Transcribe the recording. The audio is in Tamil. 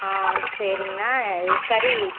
சரிங்கண்ணா கறி